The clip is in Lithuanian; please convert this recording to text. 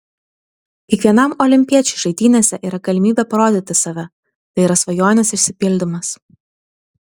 kiekvienam olimpiečiui žaidynėse yra galimybė parodyti save tai yra svajonės išsipildymas